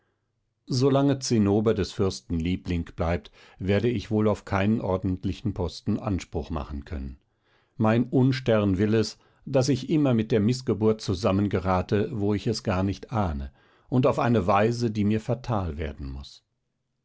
solange zinnober des fürsten liebling bleibt werde ich wohl auf keinen ordentlichen posten anspruch machen können mein unstern will es daß ich immer mit der mißgeburt zusammengerate wo ich es gar nicht ahne und auf eine weise die mir fatal werden muß